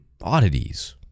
oddities